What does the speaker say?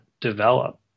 develop